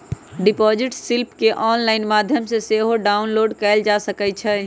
deposit slip केंऑनलाइन माध्यम से सेहो डाउनलोड कएल जा सकइ छइ